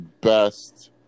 best